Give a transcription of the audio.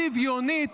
שוויונית,